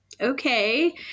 Okay